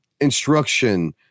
instruction